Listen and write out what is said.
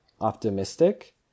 optimistic